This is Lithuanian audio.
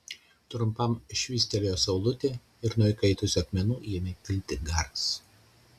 trumpam švystelėjo saulutė ir nuo įkaitusių akmenų ėmė kilti garas